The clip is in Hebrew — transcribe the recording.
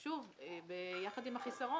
שוב, ביחד עם החיסרון